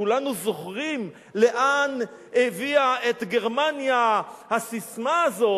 כולנו זוכרים לאן הביאה את גרמניה הססמה הזאת,